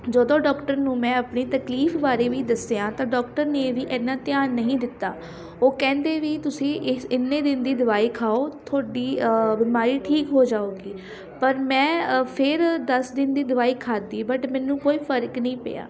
ਜਦੋਂ ਡੋਕਟਰ ਨੂੰ ਮੈਂ ਆਪਣੀ ਤਕਲੀਫ ਬਾਰੇ ਵੀ ਦੱਸਿਆ ਤਾਂ ਡੋਕਟਰ ਨੇ ਵੀ ਐਨਾ ਧਿਆਨ ਨਹੀਂ ਦਿੱਤਾ ਉਹ ਕਹਿੰਦੇ ਵੀ ਤੁਸੀਂ ਇਸ ਇੰਨੇ ਦਿਨ ਦੀ ਦਵਾਈ ਖਾਓ ਤੁਹਾਡੀ ਬਿਮਾਰੀ ਠੀਕ ਹੋ ਜਾਊਗੀ ਪਰ ਮੈਂ ਫਿਰ ਦਸ ਦਿਨ ਦੀ ਦਵਾਈ ਖਾਧੀ ਬਟ ਮੈਨੂੰ ਕੋਈ ਫਰਕ ਨਹੀਂ ਪਿਆ